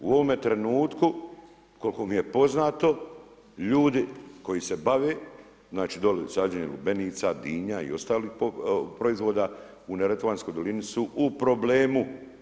U ovome trenutku, koliko mi je poznato, ljudi koji se bave, sađenjem lubenica, dinja i ostalih proizvoda u Neretvanskoj dolini su u problemu.